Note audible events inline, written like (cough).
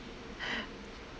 (noise)